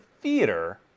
theater